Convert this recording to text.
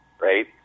Right